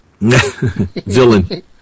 Villain